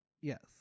Yes